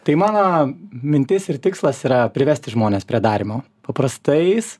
tai mano mintis ir tikslas yra privesti žmones prie darymo paprastais